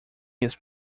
his